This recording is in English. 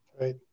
right